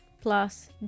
Plus